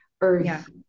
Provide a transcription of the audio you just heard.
earth